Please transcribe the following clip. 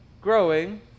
growing